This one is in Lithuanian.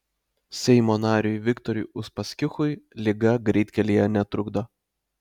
seimo nariui viktorui uspaskichui liga greitkelyje netrukdo